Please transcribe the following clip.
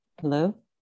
hello